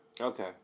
Okay